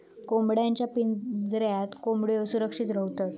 कोंबड्यांच्या पिंजऱ्यात कोंबड्यो सुरक्षित रव्हतत